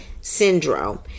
syndrome